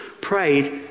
prayed